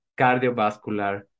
cardiovascular